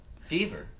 Fever